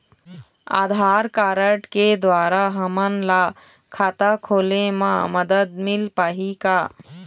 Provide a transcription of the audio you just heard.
आधार card के द्वारा हमन ला खाता खोले म मदद मिल पाही का?